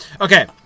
Okay